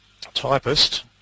typist